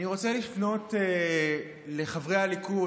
אני רוצה לפנות לחברי הליכוד,